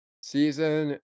season